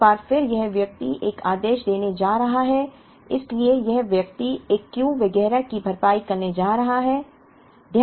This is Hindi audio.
एक बार फिर यह व्यक्ति एक आदेश देने जा रहा है इसलिए यह व्यक्ति एक Q वगैरह की भरपाई करने जा रहा है